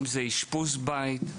אם זה אשפוז בית,